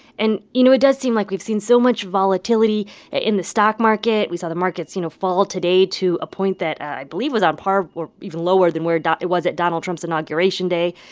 and, you know, it does seem like we've seen so much volatility in the stock market. we saw the markets, you know, fall today to a point that, i believe, was on par or even lower than where it was at donald trump's inauguration day.